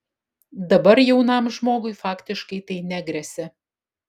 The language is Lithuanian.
dabar jaunam žmogui faktiškai tai negresia